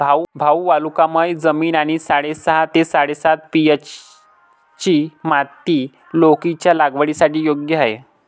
भाऊ वालुकामय जमीन आणि साडेसहा ते साडेसात पी.एच.ची माती लौकीच्या लागवडीसाठी योग्य आहे